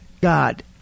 God